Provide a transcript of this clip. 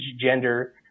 gender